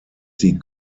die